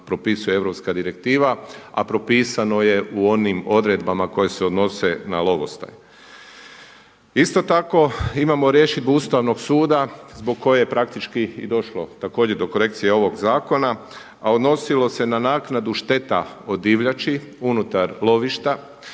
propisuje europska direktiva, a propisano je u onim odredbama koje se odnose na lovostaj. Isto tako imamo rješidbu Ustavnog suda zbog koje praktički i došlo također do korekcije ovog zakona, a odnosilo se na naknadu šteta od divljači unutar lovišta,